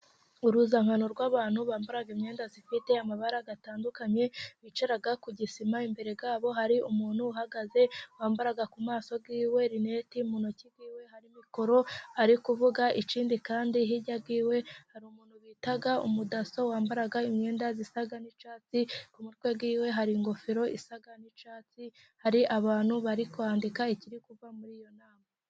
Uruzankano rw'abantu bambara imyenda ifite amabara atandukanye, bicara ku gisima imbere yabo hari umuntu uhagaze, wambara ku maso ye amarineti. Mu ntoki ze hari mikoro ari kuvuga, ikindi kandi hirya ye hari umuntu bita umudaso wambara imyenda zisa n'icyatsi, ku mutwe we hari ingofero isa n'icyatsi, hari abantu bari kwandika ikuvugwa muri iyo nama.